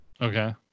Okay